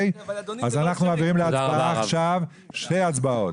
אנחנו עושים עכשיו שתי הצבעות.